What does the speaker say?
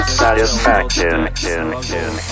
satisfaction